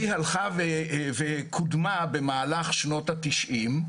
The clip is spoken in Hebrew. התכנית קודמה במהלך שנות ה-90,